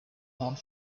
haunt